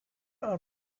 are